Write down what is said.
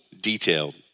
detailed